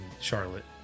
Charlotte